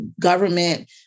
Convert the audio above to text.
government